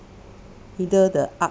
either the art